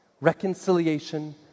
reconciliation